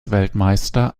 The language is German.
weltmeister